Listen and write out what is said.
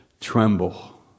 tremble